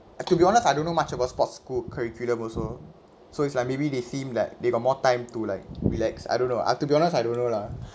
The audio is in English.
to be honest I don't know much about sports school curriculum also so it's like maybe they seem like they got more time to like relax I don't know I have to be honest I don't know lah